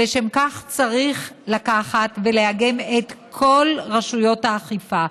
לשם כך צריך לקחת ולאגם את כל רשויות האכיפה.